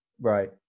right